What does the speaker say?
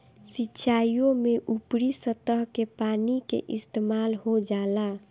सिंचाईओ में ऊपरी सतह के पानी के इस्तेमाल हो जाला